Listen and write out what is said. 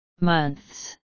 months